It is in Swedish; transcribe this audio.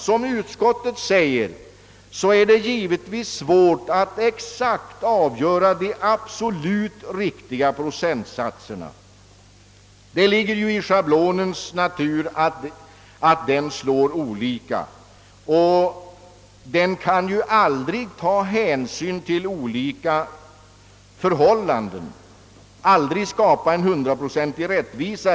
Som utskottet framhåller är det givetvis svårt att exakt avgöra de absolut riktiga procentsatserna. Det ligger i schablonens natur att den slår olika. Den kan aldrig ta hänsyn till skilda förhållanden, aldrig skapa en hundraprocentig rättvisa.